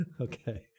Okay